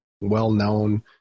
well-known